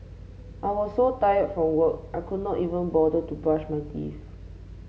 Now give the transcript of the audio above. I was so tired from work I could not even bother to brush my teeth